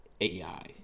AI